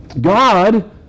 God